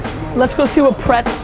let's go see what pret.